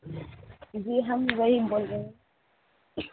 جی ہم نعیم بول رہے ہیں